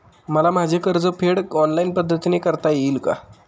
मला माझे कर्जफेड ऑनलाइन पद्धतीने करता येईल का?